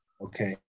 Okay